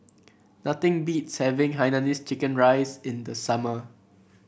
nothing beats having Hainanese Chicken Rice in the summer